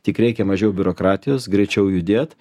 tik reikia mažiau biurokratijos greičiau judėt